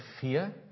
fear